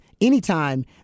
anytime